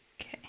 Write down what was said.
Okay